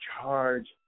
charge